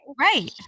Right